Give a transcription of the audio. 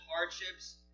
hardships